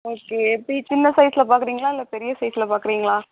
okay எப்படி சின்ன சைஸில் பார்க்குறீங்களா இல்லை பெரிய சைஸில் பார்க்குறீங்களா